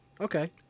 Okay